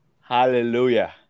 Hallelujah